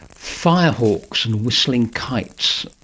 fire hawks and whistling kites.